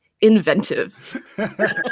inventive